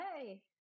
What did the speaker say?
hey